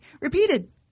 repeated